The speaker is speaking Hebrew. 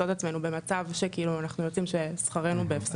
את עצמנו במצב שכאילו אנחנו יוצאים ששכרנו בהפסדנו.